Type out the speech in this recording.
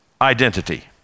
identity